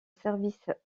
services